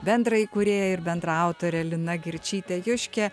bendra įkūrėja ir bendraautorė lina girčytė joške